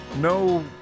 no